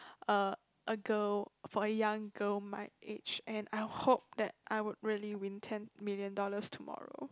a a girl for a young girl my age and I hope that I'd really win ten million dollars tomorrow